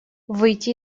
выйти